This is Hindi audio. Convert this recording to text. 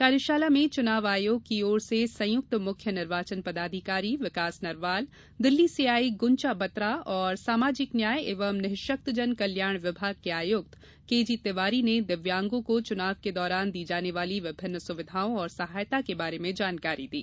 कार्यशाला में चुनाव आयोग की ओर से संयुक्त मुख्य निर्वाचन पदाधिकारी विकास नरवाल दिल्ली से आयी गुंचा बत्रा और सामाजिक न्याय एवं निशक्तजन कल्याण विभाग के आयुक्त केजी तिवारी ने दिव्यांगों को चुनाव के दौरान दी जाने वाली विभिन्न सुविधाओं और सहायता के बारे में जानकारी दी